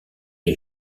les